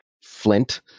flint